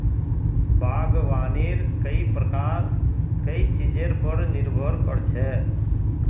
बागवानीर कई प्रकार कई चीजेर पर निर्भर कर छे